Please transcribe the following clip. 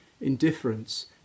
indifference